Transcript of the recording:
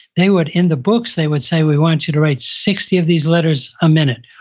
they would, in the books they would say, we want you to write sixty of these letters a minute,